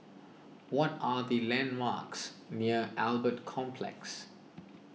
what are the landmarks near Albert Complex